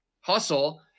hustle